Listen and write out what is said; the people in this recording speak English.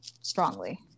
strongly